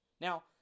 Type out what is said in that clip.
Now